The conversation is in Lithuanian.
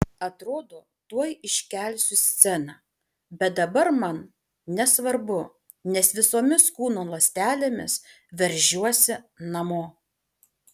atrodo tuoj iškelsiu sceną bet dabar man nesvarbu nes visomis kūno ląstelėmis veržiuosi namo